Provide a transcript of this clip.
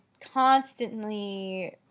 constantly